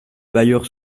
bailleurs